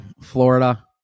Florida